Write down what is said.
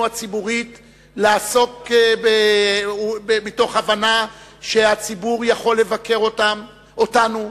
הציבורית מתוך הבנה שהציבור יכול לבקר אותנו,